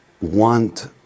want